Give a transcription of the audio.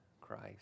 Christ